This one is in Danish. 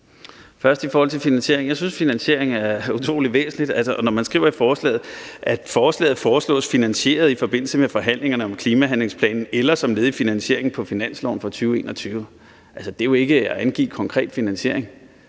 Først i forhold til finansiering: Jeg synes, at finansieringen er utrolig væsentlig. Og når man skriver i forslaget, at forslaget foreslås finansieret i forbindelse med forhandlingerne om klimahandlingsplanen eller som led i finansieringen på finansloven for 2021, så er det jo ikke at angive en konkret finansiering.